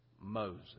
Moses